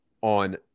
on